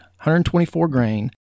124-grain